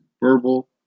verbal